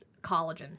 collagen